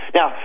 Now